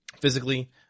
physically